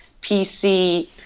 PC